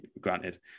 granted